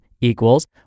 equals